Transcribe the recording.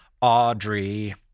Audrey